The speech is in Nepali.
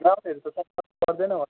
ग्राउन्डहरू त सफा गर्नु पर्दैन होला नि